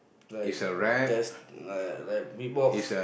like just like like beatbox